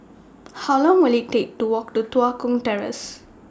How Long Will IT Take to Walk to Tua Kong Terrace